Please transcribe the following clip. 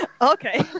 Okay